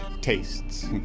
tastes